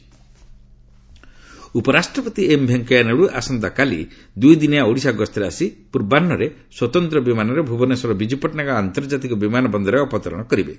VP ଭିକିଟ୍ ଉପରାଷ୍ଟ୍ରପତି M Venkaiah Naidu ଆସନ୍ତାକାଲି ଦୁଇଦିନିଆ ଓଡ଼ିଶା ଗସ୍ତରେ ଆସି ପୂର୍ବାହ୍ନରେ ସ୍ୱତନ୍ତ୍ର ବିମାନରେ ଭୁବନେଶ୍ୱର ବିଜୁ ପଟ୍ଟନାୟକ ଆନ୍ତର୍ଜାତିକ ବିମାନ ବନ୍ଦରରେ ଅବତରଣ କରିବେ